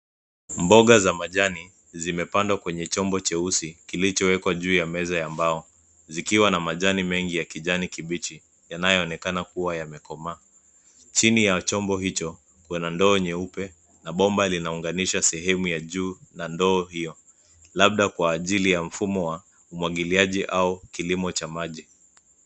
Mboga za majani zimepandwa kwenye chombo cheusi kilichowekwa juu ya meza ya mbao zikiwa na majani mengi ya kijani kibichi yanayoonekana kuwa yamekomaa. Chini ya chombo hicho kuna ndoo nyeupe na bomba linaunganisha sehemu ya juu na ndoo hiyo, labda kwa ajili ya mfumo wa umwagiliaji au kilimo cha maji.